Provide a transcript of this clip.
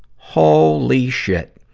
holy shit!